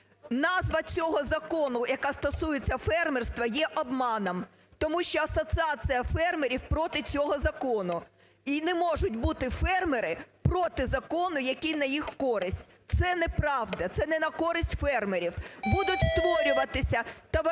Назва цього закону, яка стосується фермерства, є обманом, тому що Асоціація фермерів проти цього закону, і не можуть бути фермери проти закону, який на їх користь. Це неправда, це не на користь фермерів. Будуть створюватися товариства